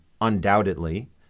undoubtedly